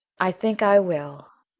i think i will,